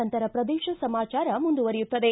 ನಂತರ ಪ್ರದೇಶ ಸಮಾಚಾರ ಮುಂದುವರಿಯುತ್ತದೆ